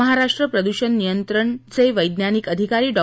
महाराष्ट्र प्रद्षण नियंत्रणचे वेज्ञानिक अधिकारी डॉ